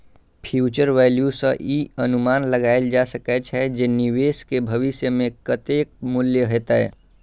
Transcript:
future value सं ई अनुमान लगाएल जा सकै छै, जे निवेश के भविष्य मे कतेक मूल्य हेतै